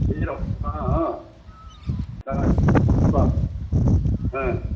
शरीरम् आम् आं तदानीं पिबामि ह